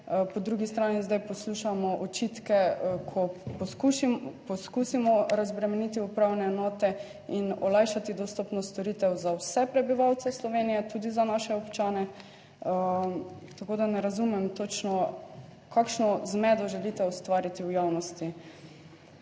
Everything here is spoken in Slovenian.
Po drugi strani zdaj poslušamo očitke, ko poskušamo poskusimo razbremeniti upravne enote in olajšati dostopnost storitev za vse prebivalce Slovenije, tudi za naše občane. Tako da ne razumem točno, kakšno zmedo želite ustvariti v javnosti.